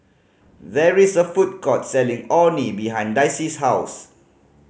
there is a food court selling Orh Nee behind Dicy's house